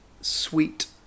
sweet